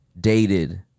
dated